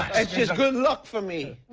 it's just good luck for me.